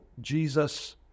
Jesus